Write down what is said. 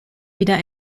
wieder